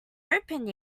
opened